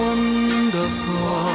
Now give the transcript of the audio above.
Wonderful